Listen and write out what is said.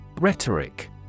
Rhetoric